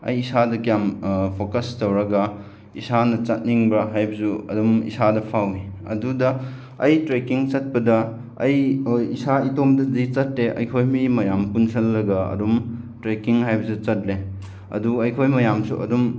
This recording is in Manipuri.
ꯑꯩ ꯏꯁꯥꯗ ꯀꯌꯥꯝ ꯐꯣꯀꯁ ꯇꯧꯔꯒ ꯏꯁꯥꯅ ꯆꯠꯅꯤꯡꯕ꯭ꯔꯥ ꯍꯥꯏꯕꯁꯨ ꯑꯗꯨꯝ ꯏꯁꯥꯗ ꯐꯥꯎꯋꯤ ꯑꯗꯨꯗ ꯑꯩ ꯇ꯭ꯔꯦꯀꯤꯡ ꯆꯠꯄꯗ ꯑꯩ ꯍꯣꯏ ꯏꯁꯥ ꯏꯇꯣꯝꯇꯗꯤ ꯆꯠꯇꯦ ꯑꯩꯈꯣꯏ ꯃꯤ ꯃꯌꯥꯝ ꯄꯨꯟꯁꯤꯜꯂꯒ ꯑꯗꯨꯝ ꯇ꯭ꯔꯦꯀꯤꯡ ꯍꯥꯏꯕꯁꯦ ꯆꯠꯂꯦ ꯑꯗꯨ ꯑꯩꯈꯣꯏ ꯃꯌꯥꯝꯁꯨ ꯑꯗꯨꯝ